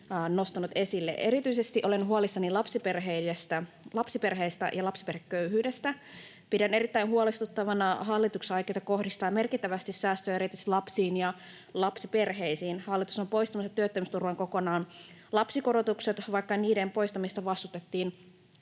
nostanut esille. Erityisesti olen huolissani lapsiperheistä ja lapsiperheköyhyydestä. Pidän erittäin huolestuttavana hallituksena aikeita kohdistaa merkittävästi säästöjä erityisesti lapsiin ja lapsiperheisiin. Hallitus on poistamassa työttömyysturvasta kokonaan lapsikorotukset, vaikka niiden poistamista vastustettiin